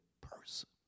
person